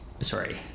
sorry